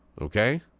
okay